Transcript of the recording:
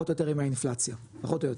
או יותר עם האינפלציה פחות או יותר,